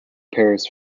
paris